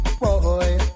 boy